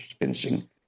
finishing